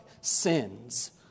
sins